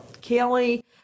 Kelly